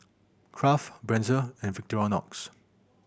Kraft Breezer and Victorinox